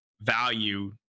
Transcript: value